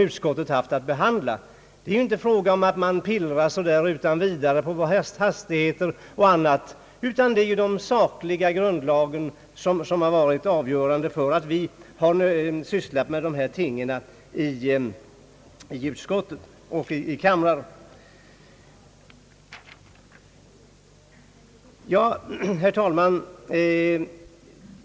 Det är inte fråga om att pillra utan vidare på hastighetsbestämmelser och annat, utan det är sakliga grunder som varit avgörande för att vi sysslat med dessa ting 1 utskott och i kamrar. Herr talman!